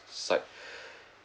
side